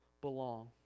belong